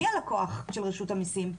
מי הלקוח של רשות המיסים?